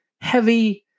heavy